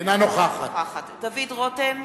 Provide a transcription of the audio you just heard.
אינה נוכחת דוד רותם,